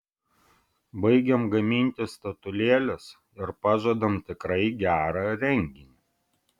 baigiam gaminti statulėles ir pažadam tikrai gerą renginį